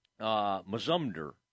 Mazumder